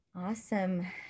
awesome